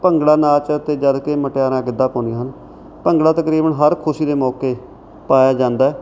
ਭੰਗੜਾ ਨਾਚ ਅਤੇ ਜਦੋਂ ਕਿ ਮੁਟਿਆਰਾਂ ਗਿੱਧਾ ਪਾਉਂਦੀਆਂ ਹਨ ਭੰਗੜਾ ਤਕਰੀਬਨ ਹਰ ਖੁਸ਼ੀ ਦੇ ਮੌਕੇ ਪਾਇਆ ਜਾਂਦਾ